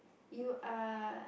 you are